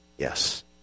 Yes